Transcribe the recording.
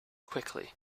quickly